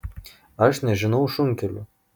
aš nežinau šunkelių